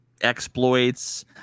exploits